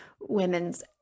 women's